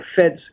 Fed's